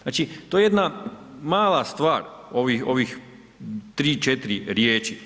Znači to je jedna mala stvar ovih 3, 4 riječi.